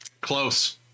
close